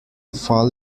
fall